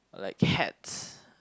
like hats